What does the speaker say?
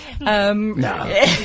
No